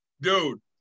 Dude